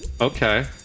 Okay